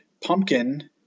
pumpkin